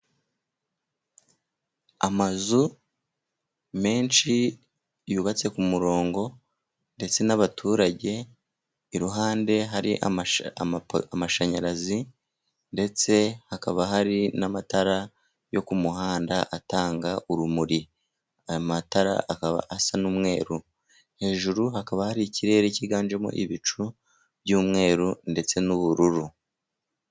Amazu menshi yubatse ku murongo, ndetse n'abaturage, iruhande hari amashanyarazi, ndetse hakaba hari n'amatara yo ku muhanda atanga urumuri. Aya matara akaba asa n'umweru. Hejuru hakaba hari ikirere cyiganjemo ibicu by'umweru ndetse n'ubururu.